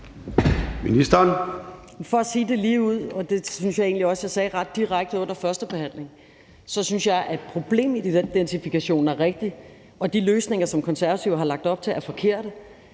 For at sige det ligeud, og det synes jeg egentlig også jeg sagde ret direkte under førstebehandlingen, synes jeg, at problemidentifikationen er rigtig, og at de løsninger, som Konservative har lagt op til, er forkerte.